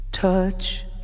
Touch